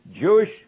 Jewish